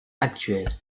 actuelle